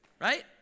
Right